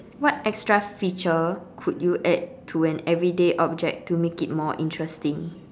what extra feature could you add to an everyday object to make it more interesting